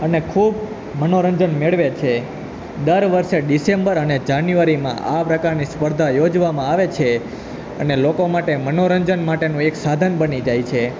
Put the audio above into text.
અને ખૂબ મનોરંજન મેળવે છે દર વર્ષે ડિસેમ્બર અને જાન્યુવારીમાં આવા પ્રકારની સ્પર્ધા યોજવામાં આવે છે અને લોકો માટે મનોરંજન માટેનું એક સાધન બની જાય છે